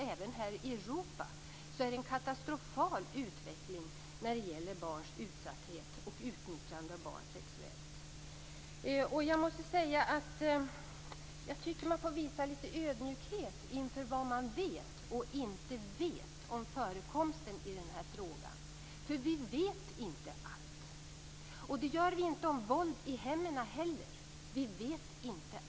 Även här i Europa är det fråga om en katastrofal utveckling vad gäller barns utsatthet och utnyttjandet av barn sexuellt. Jag tycker man får visa litet ödmjukhet inför vad vi vet och inte vet om förekomsten av detta. Vi vet nämligen inte allt. Detsamma gäller förekomsten av våld i hemmen - vi vet inte allt.